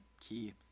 key